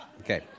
Okay